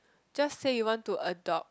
just say you want to adopt